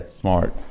Smart